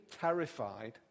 terrified